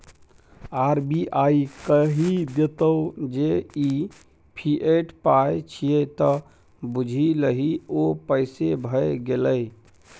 RBI कहि देतौ जे ई फिएट पाय छियै त बुझि लही ओ पैसे भए गेलै